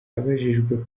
abajijwe